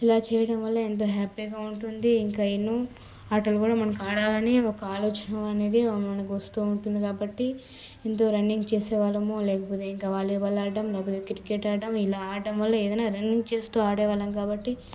ఇలా చేయడం వల్ల ఏంతో హ్యాపీగా ఉంటుంది ఇంకా ఎన్నో ఆటలు కూడా మనకి ఆడాలని ఒక ఆలోచన అనేది మనకు వస్తు ఉంటుంది కాబట్టి ఎంతో రన్నింగ్ చేసేవాళ్ళము లేకపోతే ఇంకా వాలీబాల్ ఆడడం లేకపోతే క్రికెట్ ఆడడం ఇలా ఆడడం వల్ల ఏదన్నా రన్నింగ్ చేస్తు ఆడేవాళ్ళం కాబట్టి